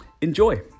Enjoy